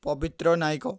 Pabitra Nayak